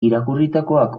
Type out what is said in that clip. irakurritakoak